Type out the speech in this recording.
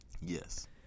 Yes